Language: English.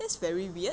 that's very weird